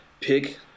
pick